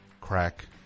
Crack